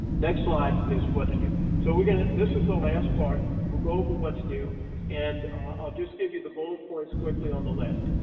next slide is what's new? so we're gonna this was the last part. we'll go over but what's new and i'll just give you the bullet points quickly on the left.